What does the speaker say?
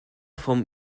vom